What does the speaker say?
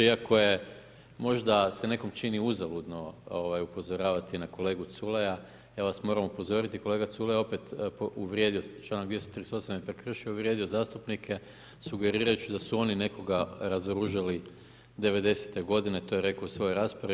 Iako je možda se nekom čini uzaludno upozoravati na kolegu Culeja, ja vas moram upozoriti kolega Culej je opet uvrijedio čl. 238. prekršio i uvrijedio zastupnike sugerirajući da su oni nekoga razoružali 90-te godine, to je rako u svojoj raspravi.